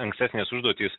ankstesnės užduotys